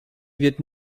wird